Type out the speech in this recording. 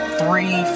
three